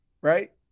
right